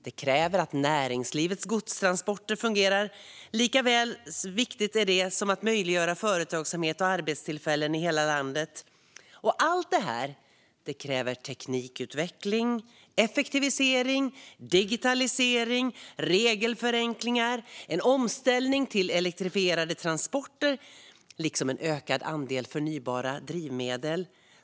Det krävs att näringslivets godstransporter fungerar för att företagsamhet och arbetstillfällen ska möjliggöras i hela landet. Allt det här kräver teknikutveckling, effektivisering, digitalisering, regelförenklingar och en omställning till elektrifierade transporter, liksom en ökad andel förnybara drivmedel.